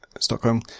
Stockholm